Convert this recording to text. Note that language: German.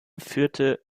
führte